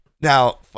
now